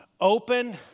open